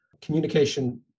communication